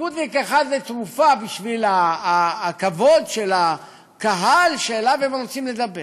ליכודניק אחד לרפואה בשביל הכבוד של הקהל שאליו הם רוצים לדבר.